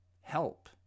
help